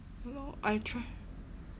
ya lor I try